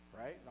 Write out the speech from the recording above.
right